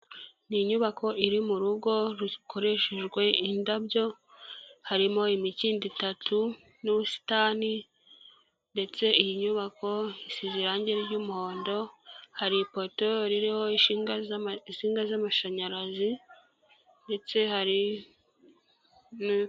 Ni inyubako iri mu rugo rukoreshejwe indabyo, harimo imikindo itatu n'ubusitani ndetse iyi nyubako isize irangi ry'umuhondo, hari i poto ririho insinga z'amashanyarazi ndetse hari nu...